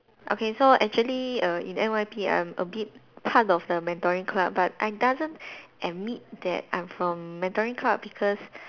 okay so actually Err in N_Y_P I'm a bit part of the mentoring club but I doesn't admit that I'm from mentoring club because